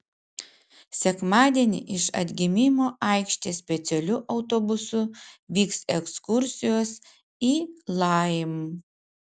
sekmadienį iš atgimimo aikštės specialiu autobusu vyks ekskursijos į lajm